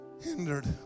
hindered